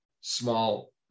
small